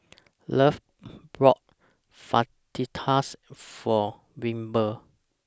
Lovett bought Fajitas For Wilbert